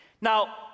Now